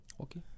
Okay